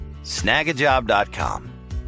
Snagajob.com